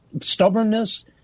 stubbornness